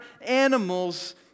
animals